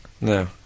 No